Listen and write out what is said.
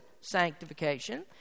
sanctification